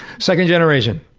second generation.